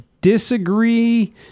disagree